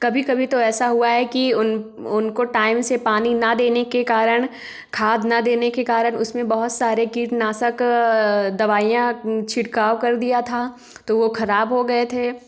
कभी कभी तो ऐसा हुआ है कि उन उनको टाइम से पानी न देने के कारण खाद न देने के कारण उसमें बहुत सारे कीटनाशक दवाइयाँ छिड़काव कर दिया था तो वो खराब हो गए थे